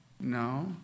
No